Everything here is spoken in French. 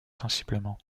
sensiblement